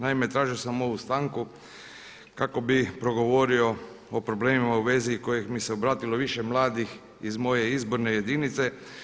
Naime, tražio sam ovu stanku kako bi progovorio o problemima u vezi kojih mi se obratilo više mladih iz moje izborne jedinice.